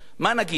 מה נגיד?